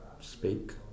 speak